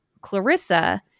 Clarissa